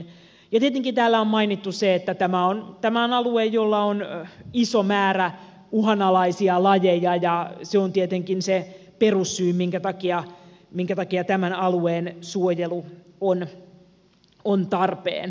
ja tietenkin täällä on mainittu se että tämä on alue jolla on iso määrä uhanalaisia lajeja ja se on tietenkin se perussyy minkä takia tämän alueen suojelu on tarpeen